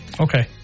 Okay